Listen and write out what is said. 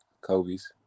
Kobe's